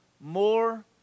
more